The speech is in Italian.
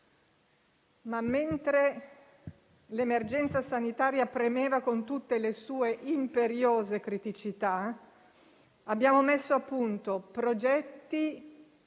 Mentre l'emergenza sanitaria premeva con tutte le sue imperiose criticità, però, abbiamo messo a punto progetti